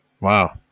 Wow